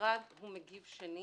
המשרד הוא מגיב שני